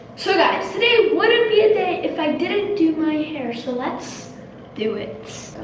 so guys today wouldn't be a day if i didn't do my hair so let's do it!